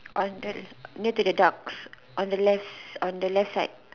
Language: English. on the near to the ducks on the left on the left side